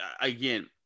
again